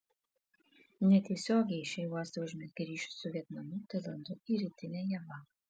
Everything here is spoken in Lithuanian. netiesiogiai šie uostai užmezgė ryšius su vietnamu tailandu ir rytine java